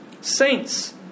Saints